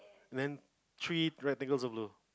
then three rectangles of blue